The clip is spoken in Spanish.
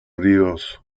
ríos